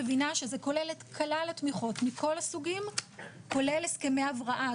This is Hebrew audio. מבינה שזה כולל את כלל התמיכות מכל הסוגים כולל הסכמי הבראה.